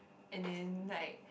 and then like